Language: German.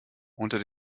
unter